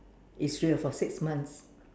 it's real for six months